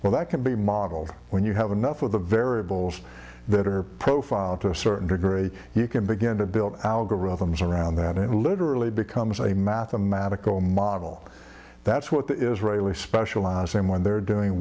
well that can be modeled when you have enough of the variables that are profiled to a certain degree you can begin to build algorithms around that it literally becomes a mathematical model that's what the israeli special same when they're doing